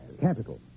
Capital